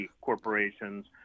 corporations